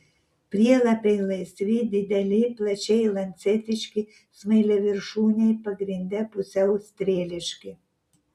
prielapiai laisvi dideli plačiai lancetiški smailiaviršūniai pagrinde pusiau strėliški